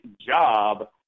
job